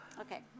Okay